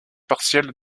partielle